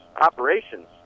operations